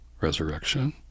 resurrection